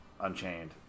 Unchained